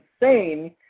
insane